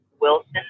Wilson